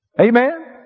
Amen